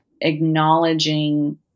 acknowledging